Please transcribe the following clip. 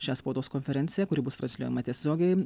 šią spaudos konferenciją kuri bus transliuojama tiesiogiai